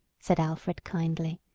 said alfred, kindly.